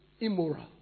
immoral